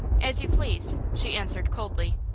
as you please, she answered, coldly.